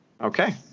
Okay